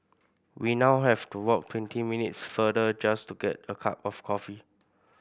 we now have to walk twenty minutes farther just to get a cup of coffee